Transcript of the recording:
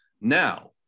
Now